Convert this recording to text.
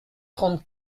trente